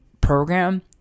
program